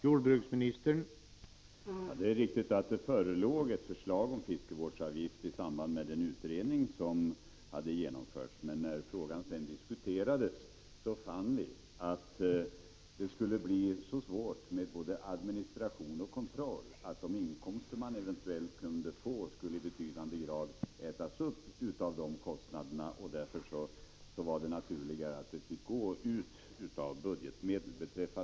Herr talman! Det är riktigt att det förelåg ett förslag om fiskevårdsavgift i samband med den utredning som hade gjorts. Men när frågan sedan diskuterades, fann vi att det skulle bli så svårt med administration och 111 kontroll, att de inkomster man eventuellt kunde få skulle i betydande grad ätas upp av kostnaderna. Därför var det naturligare att anslag till fiskevård fick utgå av budgetmedel.